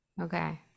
okay